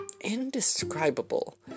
indescribable